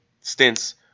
stints